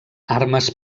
armes